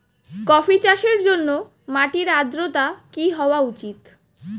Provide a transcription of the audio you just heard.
Coffee চাষের জন্য মাটির আর্দ্রতা কি হওয়া উচিৎ?